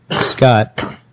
Scott